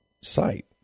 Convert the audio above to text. site